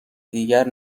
دیگر